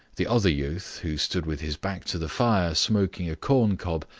the other youth, who stood with his back to the fire smoking a corncob,